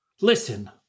Listen